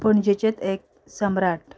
पणजेचेंच एक सम्राट